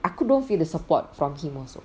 aku don't feel the support from him also